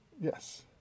Yes